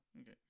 Okay